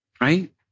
right